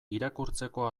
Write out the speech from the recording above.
irakurtzeko